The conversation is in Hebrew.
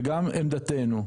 וגם עמדתנו,